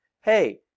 hey